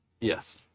Yes